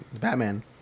Batman